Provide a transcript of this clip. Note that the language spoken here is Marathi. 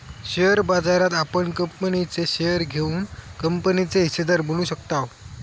शेअर बाजारात आपण कंपनीचे शेअर घेऊन कंपनीचे हिस्सेदार बनू शकताव